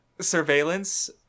surveillance